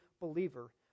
believer